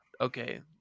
okay